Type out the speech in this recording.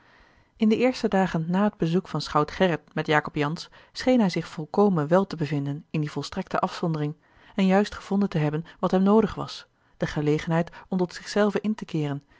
in de eerste dagen na het bezoek van schout gerrit met jacob jansz scheen hij zich volkomen wel te bevinden in die volstrekte afzondering en juist gevonden te hebben wat hem noodig was de gelegenheid om tot zich zelven in te keeren